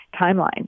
timeline